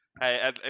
Hey